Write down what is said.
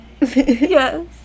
Yes